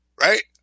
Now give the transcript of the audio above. Right